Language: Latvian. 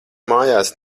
mājās